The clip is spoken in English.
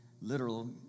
literal